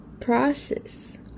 process